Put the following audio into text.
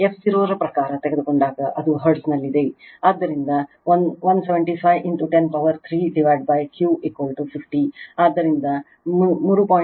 f 0 ರ ಪ್ರಕಾರ ತೆಗೆದುಕೊಂಡಾಗ ಅದು ಹರ್ಟ್ಜ್ನಲ್ಲಿದೆ ಆದ್ದರಿಂದ 175 10 ಪವರ್ 3 ಡಿವೈಡೆಡ್ Q 50 ಆದ್ದರಿಂದ 3